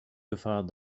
gefahr